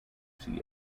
see